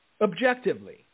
objectively